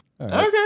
Okay